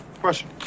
Question